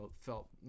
felt